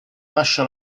lascia